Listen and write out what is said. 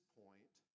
point